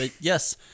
Yes